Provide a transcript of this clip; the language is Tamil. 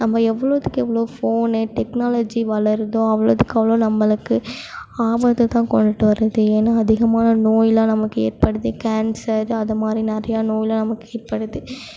நம்ம எவ்வளோதுக்கு எவ்வளோ ஃபோனு டெக்னாலஜி வளருதோ அவ்வளோதுக்கு அவ்வளோ நம்மளுக்கு ஆபத்துதான் கொண்டுட்டு வருது ஏன்னா அதிகமான நோய்லாம் நமக்கு ஏற்படுது கேன்சர் அதை மாதிரி நிறைய நோய்லாம் நமக்கு ஏற்படுது